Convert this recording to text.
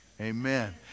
Amen